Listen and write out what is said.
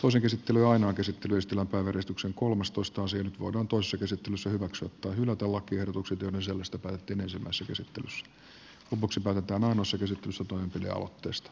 uusi käsittely ainoa käsittelyistuntopäiväristuksen kolmastoista nyt voidaan toisessa käsittelyssä hyväksyä tai hylätä lakiehdotukset joiden sisällöstä päätettiin ensimmäisessä käsittelyssä